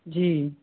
जी